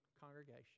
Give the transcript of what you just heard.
congregation